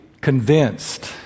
convinced